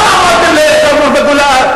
מה אמרתם שם בגולה?